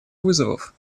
вызовов